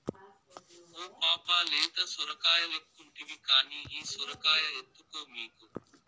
ఓ పాపా లేత సొరకాయలెక్కుంటివి కానీ ఈ సొరకాయ ఎత్తుకో మీకు